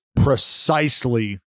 precisely